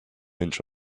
inch